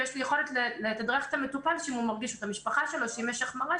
ויש לי יכולת לתדרך את המטופל שאם הוא מרגיש במשפחה שלו שאם יש החמרה,